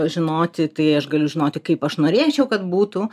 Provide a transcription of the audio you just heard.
žinoti tai aš galiu žinoti kaip aš norėčiau kad būtų